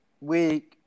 week